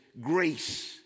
grace